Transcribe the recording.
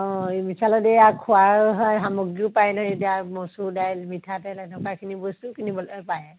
অ এই বিশালত এয়া খোৱাৰো হয় সামগ্ৰীও পায় নহয় এতিয়া মচুৰ দাইল মিঠাতেল এনেকুৱাখিনি বস্তুও কিনিবলৈ পায়